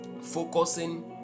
focusing